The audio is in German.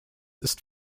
ist